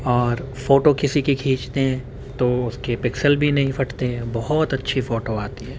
اور فوٹو کسی کی کھینچتے ہیں تو اس کے پکسل بھی نہیں پھٹتے ہیں بہت اچھی فوٹو آتی ہے